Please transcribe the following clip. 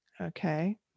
Okay